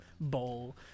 bowl